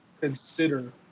consider